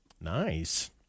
Nice